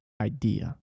idea